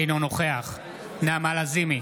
אינו נוכח נעמה לזימי,